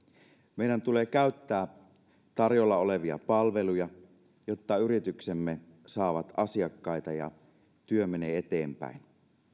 meidän tulee käyttää tarjolla olevia palveluja jotta yrityksemme saavat asiakkaita ja työ menee eteenpäin